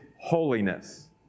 holiness